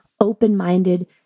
open-minded